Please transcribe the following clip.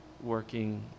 working